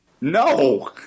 No